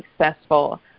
successful